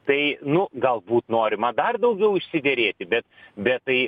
tai nu galbūt norima dar daugiau išsiderėti bet be tai